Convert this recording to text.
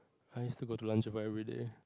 I used to go to lunch for every day